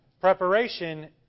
Preparation